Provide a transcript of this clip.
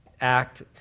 act